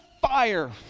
fire